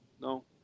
no